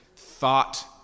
thought